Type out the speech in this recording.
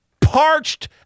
parched